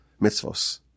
mitzvos